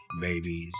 babies